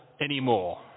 anymore